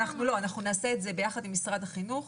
לא, אנחנו נעשה את זה יחד עם משרד החינוך.